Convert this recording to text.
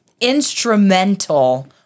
instrumental